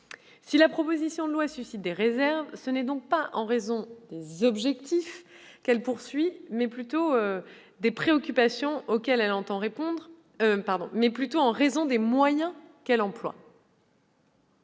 Si la proposition de loi suscite des réserves, c'est donc non pas en raison des objectifs qu'elle poursuit et des préoccupations auxquelles elle entend répondre, mais plutôt des moyens qu'elle emploie.